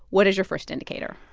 what is your first indicator?